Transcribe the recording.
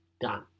Done